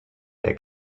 der